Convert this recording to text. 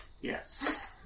Yes